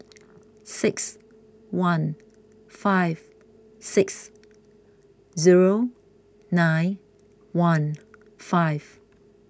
six one five six zero nine one five